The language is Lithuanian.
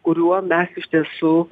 kuriuo mes iš tiesų